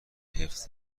حفظ